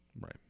right